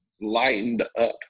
lightened-up